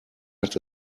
hat